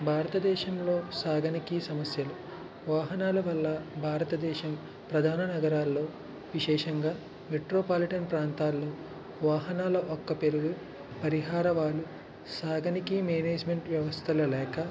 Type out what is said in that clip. భారత దేశంలో సాధనకి సమస్యలు వాహనాల వల్ల భారతదేశం ప్రధాన నగరాల్లో విశేషంగా మెట్రోపాలిటన్ ప్రాంతాలు వాహనాల ఒక్క పెరుగు పరిహారవాణి సాధనకి మేనేజ్మెంట్ వ్యవస్థలు లేక